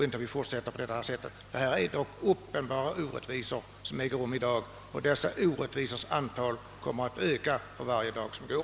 I dag råder uppenbara orättvisor, och deras antal kommer att öka för varje dag som går.